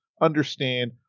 understand